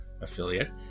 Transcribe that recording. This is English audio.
affiliate